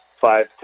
five